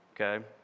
okay